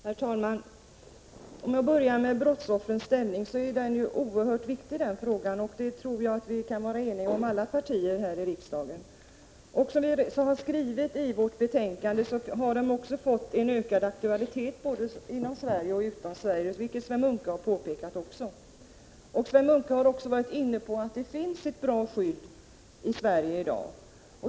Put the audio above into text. Herr talman! För att börja med frågan om brottsoffrens ställning vill jag säga att den är oerhört viktig. Det tror jag att alla partier i riksdagen kan vara eniga om. Som vi har skrivit i betänkandet har frågan fått en ökad aktualitet både inom och utom Sverige, vilket också Sven Munke har påpekat. Sven Munke har även varit inne på att det finns ett bra skydd i Sverige i dag.